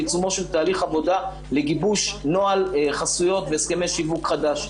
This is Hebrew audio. בעיצומו של תהליך עבודה לגיבוש נוהל חסויות והסכמי שיווק חדש.